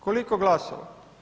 Koliko glasova?